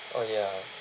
oh ya